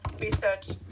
research